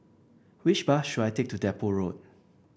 which bus should I take to Depot Road